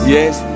Yes